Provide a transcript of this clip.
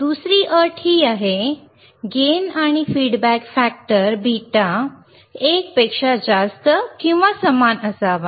दुसरी अट ही गेन आणि फीडबॅक फॅक्टर बीटा 1 पेक्षा जास्त किंवा समान असावी